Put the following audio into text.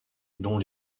dont